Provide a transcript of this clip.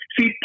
see